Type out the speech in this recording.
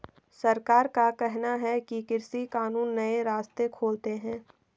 सरकार का कहना है कि कृषि कानून नए रास्ते खोलते है